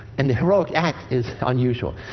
and the heroic act is unusual.